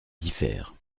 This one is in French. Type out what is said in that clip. diffèrent